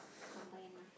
combine lah